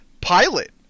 pilot